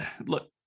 Look